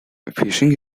fishing